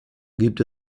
gibt